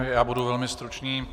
Já budu velmi stručný.